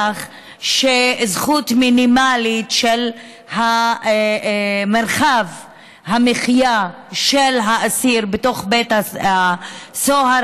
זכות מינימלית של מרחב מחיה של האסיר בתוך בית הסוהר.